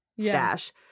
stash